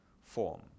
form